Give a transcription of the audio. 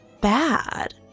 bad